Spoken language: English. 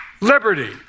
liberty